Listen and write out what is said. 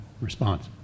response